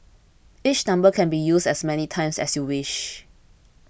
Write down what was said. each number can be used as many times as you wish